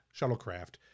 shuttlecraft